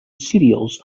cereals